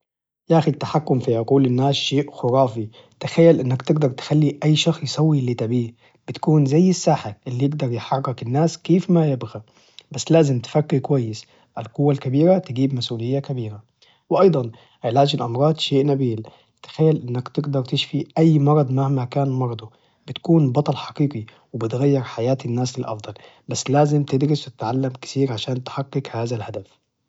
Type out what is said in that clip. يا أخي التحكم في عقول الناس شيء خرافي، تخيل إنك تقدر تخلي أي شخص يسوي إللي تبيه، بتكون زي الساحر إللي يقدر يحرك الناس كيف ما يبغى بس لازم تفكّر كويس القوة الكبيرة تجيب مسؤولية كبيرة، وأيضاً، علاج الأمراض شيء نبيل، تخيل إنك تقدر تشفي أي مرض مهما كان مرضه بتكون بطل حقيقي، وبتغير حياة الناس للأفضل، بس لازم تدرس وتتعلم كثير عشان تحقق هذا الهدف.